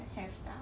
hairstyle